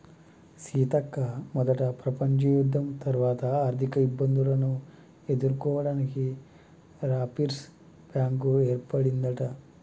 సీతక్క మొదట ప్రపంచ యుద్ధం తర్వాత ఆర్థిక ఇబ్బందులను ఎదుర్కోవడానికి రాపిర్స్ బ్యాంకు ఏర్పడిందట